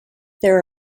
there